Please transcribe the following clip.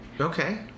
Okay